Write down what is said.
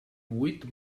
vuit